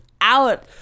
out